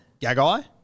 Gagai